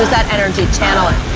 that energy, channel it.